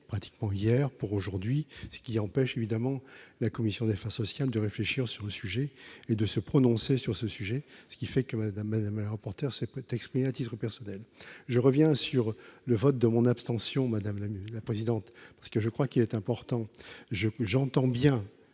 pratiquement hier pour aujourd'hui, ce qui empêche évidemment la commission des fins sociales de réfléchir sur le sujet et de se prononcer sur ce sujet, ce qui fait que Madame madame reporter exprimé à titre personnel, je reviens sur le vote de mon abstention, madame, madame la présidente, parce que je crois qu'il est important je j'entends bien